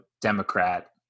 Democrat